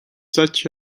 such